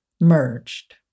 merged